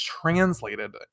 translated